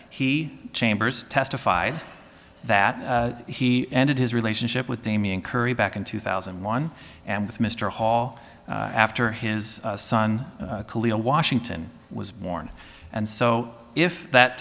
he chambers testified that he ended his relationship with damien curry back in two thousand and one and with mr hall after his son washington was born and so if that